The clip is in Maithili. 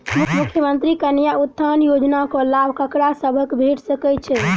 मुख्यमंत्री कन्या उत्थान योजना कऽ लाभ ककरा सभक भेट सकय छई?